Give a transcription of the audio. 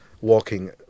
walking